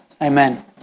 Amen